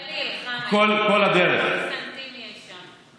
חמד, כל ס"מ יש שם.